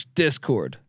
discord